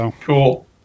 Cool